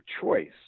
choice